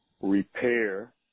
repair